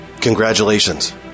Congratulations